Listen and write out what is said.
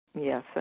Yes